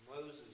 Moses